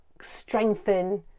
strengthen